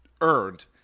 earned